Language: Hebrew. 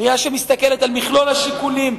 ראייה שמסתכלת על מכלול השיקולים,